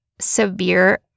severe